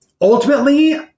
ultimately